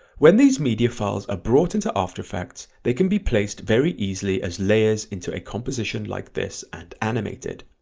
when these media files are ah brought into after effects they can be placed very easily as layers into a composition like this and animated.